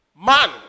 Man